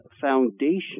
foundation